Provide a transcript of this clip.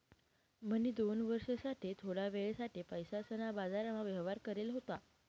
म्हणी दोन वर्ष साठे थोडा वेळ साठे पैसासना बाजारमा व्यवहार करेल होता